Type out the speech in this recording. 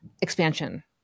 expansion